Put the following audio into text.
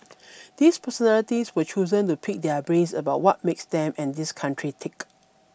these personalities were chosen to pick their brains about what makes them and this country tick